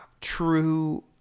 true